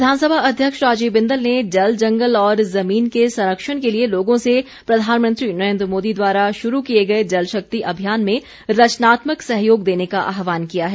बिंदल विधानसभा अध्यक्ष राजीव बिंदल ने जल जंगल और जमीन के संरक्षण के लिए लोगों से प्रधानमंत्री नरेन्द्र मोदी द्वारा शुरू किए गए जलशक्ति अभियान में रचनात्मक सहयोग देने का आहवान किया है